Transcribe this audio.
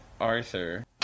Arthur